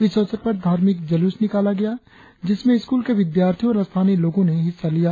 इस अवसर पर धार्मिक जलुस निकाला गया जिसमें स्कूल के विद्यार्थियों और स्थानीय लोगों ने हिस्सा लिया